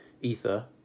Ether